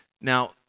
Now